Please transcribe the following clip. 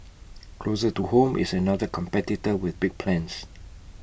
closer to home is another competitor with big plans